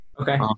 okay